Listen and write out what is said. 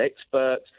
experts